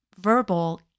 verbal